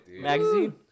magazine